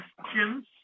questions